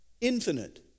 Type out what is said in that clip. infinite